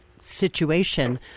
situation